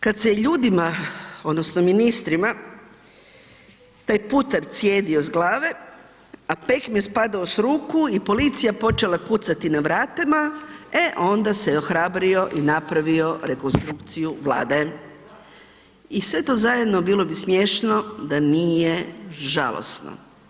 Kad se ljudima odnosno ministrima taj putar cijedio s glave, a pekmez padao s ruku i policija počela kucati na vratima, e onda se ohrabrio i napravio rekonstrukciju Vlade i to sve zajedno bilo bi smješno da nije žalosno.